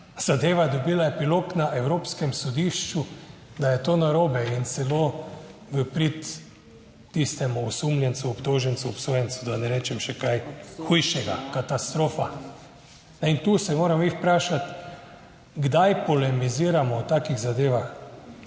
Zadeva je dobila epilog na Evropskem sodišču, da je to narobe in celo v prid tistemu osumljencu, obtožencu, obsojencu, da ne rečem še kaj hujšega. Katastrofa! In tu se moramo mi vprašati, kdaj polemiziramo v takih zadevah.